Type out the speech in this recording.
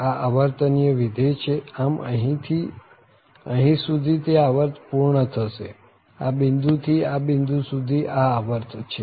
આ આવર્તનીય વિધેય છે આમ અહીં થી અહીં સુધી તે આવર્ત પૂર્ણ થશે આ બિંદુ થી આ બિંદુ સુધી આ આવર્ત છે